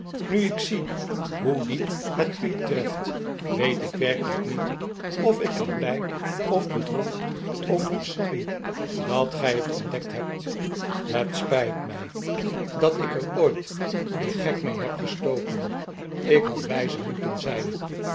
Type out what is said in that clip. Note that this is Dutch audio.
nu ik zie hoe diep het u treft weet ik werkelijk niet of ik er blij of bedroefd om moet zijn dat gij het ontdekt hebt het spijt mij dat ik er ooit den gek mee heb gestoken ik had wijzer moeten zijn